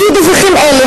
לפי דיווחים אלה,